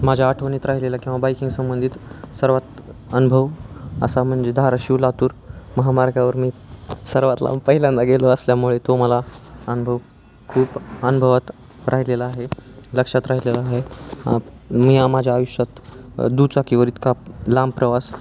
माझ्या आठवणीत राहिलेला किंवा बाईकिंग संंबंधित सर्वात अनुभव असा म्हणजे धाराशिव लातूर महामार्गावर मी सर्वात लांब पहिल्यांदा गेलो असल्यामुळे तो मला अनुभव खूप अनुभवात राहिलेला आहे लक्षात राहिलेला आहे मी आ माझ्या आयुष्यात दुचाकीवर इतका लांब प्रवास